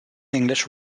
english